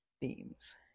themes